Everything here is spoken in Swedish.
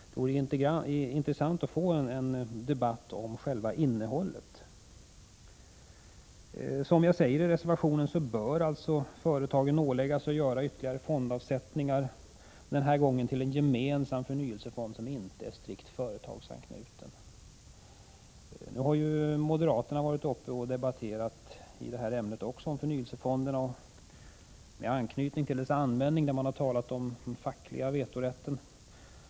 Det vore intressant att få en debatt om själva innehållet. Som jag säger i reservationen, bör företagen åläggas att göra ytterligare fondavsättningar, den här gången till en gemensam förnyelsefond som inte är strikt företagsanknuten. Nu har en företrädare för moderaterna varit uppe i det här ämnet och talat om förnyelsefondernas användning och den fackliga vetorätten.